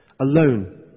alone